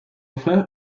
frère